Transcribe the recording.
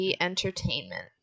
entertainment